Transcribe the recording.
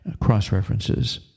cross-references